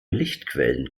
lichtquellen